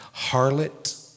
Harlot